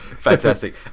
fantastic